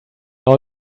all